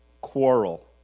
quarrel